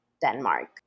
Denmark